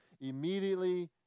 immediately